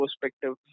perspective